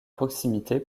proximité